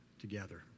together